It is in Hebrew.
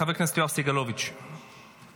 חבר הכנסת יואב סגלוביץ', בבקשה.